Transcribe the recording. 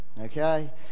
Okay